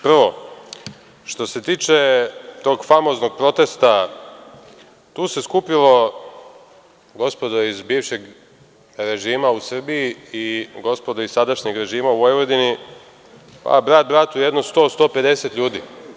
Prvo, što se tiče tog famoznog protesta, tu se skupilo, gospodo iz bivšeg režima u Srbiji i gospodo iz sadašnjeg režima u Vojvodini, brat bratu jedno sto, sto pedeset ljudi.